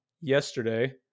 yesterday